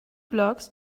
blocks